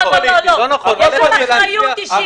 תקבלו החלטה ותביאו את הכסף.